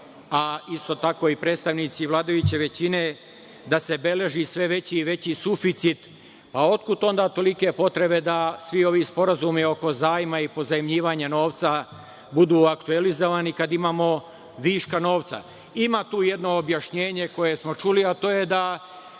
a isto tako i predstavnici vladajuće većine, da se beleži sve veći i veći suficit. Otkuda onda tolike potrebe da se svi ovi sporazumi oko zajma i pozajmljivanja novca budu aktuelizovani kada imamo viška novca? Ima tu jedno objašnjenje koje smo čuli, a to je da